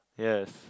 yes